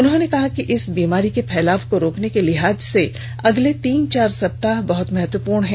उन्होंने कहा कि इस बीमारी के फैलाव को रोकने के लिहाज से अगले तीन चार सप्ताह बहुत महत्वपूर्ण हैं